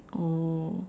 oh